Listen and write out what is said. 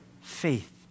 faith